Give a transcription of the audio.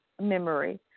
memory